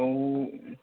बेयाव